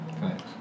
Thanks